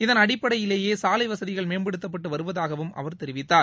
இதன் அடிப்படையிலேயே சாலை வசதிகள் மேம்படுத்தப்பட்டு வருவதாகவும் அவர் தெரிவித்தார்